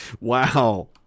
Wow